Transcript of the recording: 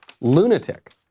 lunatic